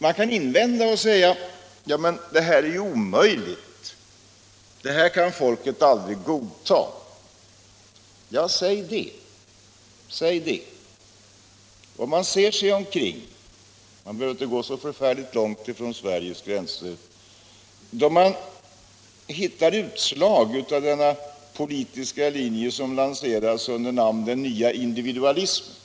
Man kan invända: Ja, men det här är ju omöjligt — det kan folket aldrig godta. Ja, säg det. Man behöver inte gå så förfärligt långt utanför Sveriges gränser för att hitta utslag av denna politiska linje som lanseras under namnet den nya individualismen.